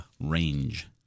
range